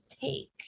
take